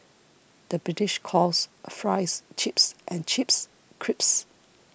the British calls Fries Chips and Chips Crisps